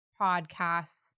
podcasts